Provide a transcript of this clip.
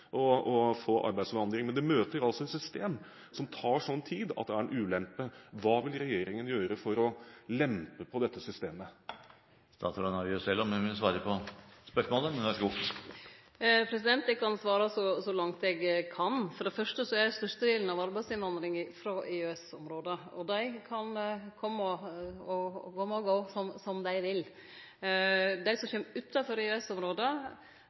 å få arbeidsinnvandring. Men de møter et system som tar så mye tid, at det er en ulempe. Hva vil regjeringen gjøre for å lempe på dette systemet? Statsråden avgjør selv om hun vil svare på spørsmålet. Eg skal svare så langt eg kan. For det fyrste er størstedelen av arbeidsinnvandringa frå EØS-området, og dei kan kome og gå som dei vil. Dei som